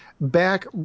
back